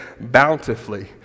bountifully